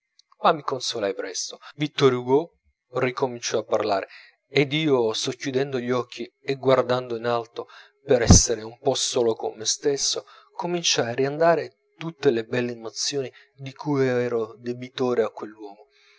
ma mi consolai presto vittor hugo ricominciò a parlare ed io socchiudendo gli occhi e guardando in alto per essere un po solo con me stesso cominciai a riandare tutte le belle emozioni di cui ero debitore a quell'uomo